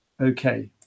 okay